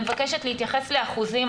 אני מבקשת להתייחס לאחוזים.